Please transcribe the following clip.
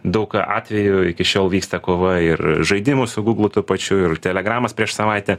daug atvejų iki šiol vyksta kova ir žaidimų su guglu tuo pačiu ir telegramas prieš savaitę